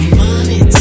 money